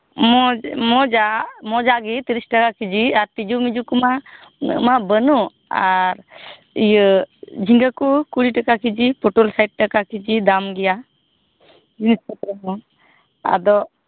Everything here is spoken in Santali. ᱢᱚᱡᱽ ᱢᱚᱡᱽ ᱟᱜ ᱢᱚᱡᱽ ᱟᱜ ᱜᱮ ᱛᱤᱨᱤᱥ ᱴᱟᱠᱟ ᱠᱮᱡᱤ ᱟᱨ ᱛᱤᱡᱩᱼᱢᱤᱡᱩ ᱠᱚᱢᱟ ᱤᱧᱟᱹᱜ ᱢᱟ ᱵᱟᱹᱱᱩᱜ ᱟᱨ ᱤᱭᱟᱹ ᱡᱷᱤᱸᱜᱟ ᱠᱚ ᱠᱩᱲᱤ ᱴᱟᱠᱟ ᱠᱮᱡᱤ ᱯᱚᱴᱚᱞ ᱥᱟᱴ ᱴᱟᱠᱟ ᱠᱮᱡᱤ ᱫᱟᱢ ᱜᱮᱭᱟ ᱱᱤᱛᱚᱜ ᱨᱮᱫᱚ ᱟᱫᱚ